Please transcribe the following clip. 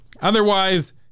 Otherwise